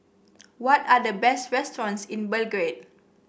what are the best restaurants in Belgrade